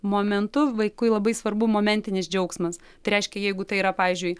momentu vaikui labai svarbu momentinis džiaugsmas tai reiškia jeigu tai yra pavyzdžiui